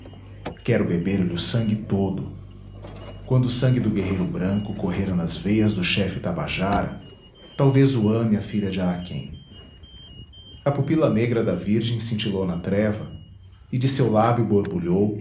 quero beber lhe o sangue todo quando o sangue do guerreiro branco correr nas veias do chefe tabajara talvez o ame a filha de araquém a pupila negra da virgem cintilou na treva e de seu lábio borbulhou